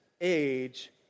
age